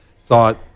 thought